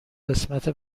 قسمت